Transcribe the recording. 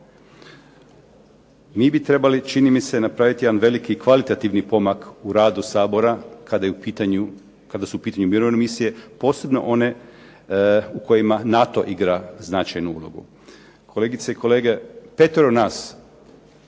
Mi bi trebali čini mi se napraviti jedan veliki kvalitativni pomak u radu Sabora kada su u pitanju mirovne misije, posebno one u kojima NATO igra značajnu ulogu. Kolegice i kolege, petoro nas